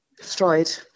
Destroyed